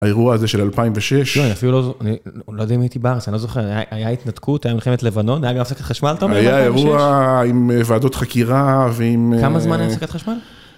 האירוע הזה של 2006, לא, אני אפילו לא זוכר, אני לא יודע אם הייתי בארץ, אני לא זוכר, היה התנתקות, הייתה מלחמת לבנון, הייתה גם הפסקת חשמל אתה אומר ב2006? היה אירוע עם ועדות חקירה ועם... כמה זמן היתה הפסקת חשמל?